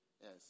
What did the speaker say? Yes